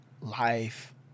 life